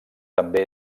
també